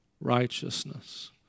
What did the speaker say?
righteousness